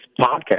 podcast